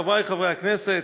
חברי חברי הכנסת,